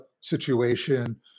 situation